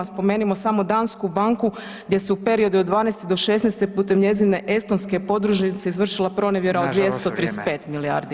Spomenimo samo dansku banku gdje se u periodu od '12. do '16. putem njezine estonske podružnice izvršila pronevjera [[Upadica: Nažalost, vrijeme]] od 235 milijardi